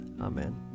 Amen